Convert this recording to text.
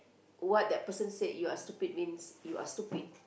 what that person say you are stupid means you are stupid